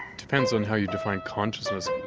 depends on how you define consciousness.